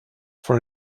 for